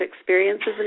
experiences